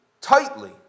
tightly